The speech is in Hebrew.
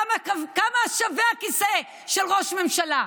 כמה שווה הכיסא של ראש ממשלה?